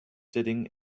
sitting